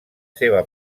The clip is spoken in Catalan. seva